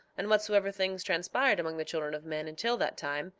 and whatsoever things transpired among the children of men until that time,